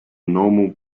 normal